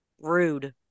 rude